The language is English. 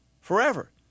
forever